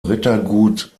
rittergut